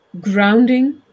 grounding